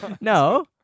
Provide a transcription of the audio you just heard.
No